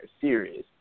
series